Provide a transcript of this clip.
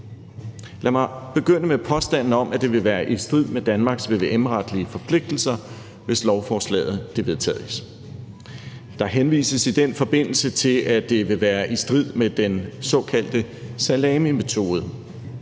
Lad mig begynde med påstanden om, at det vil være i strid med Danmarks VVM-forpligtelser, hvis lovforslaget vedtages. Der henvises i den forbindelse til, at det vil være i strid med den såkaldte salamimetode.